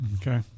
Okay